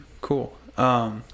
cool